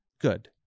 good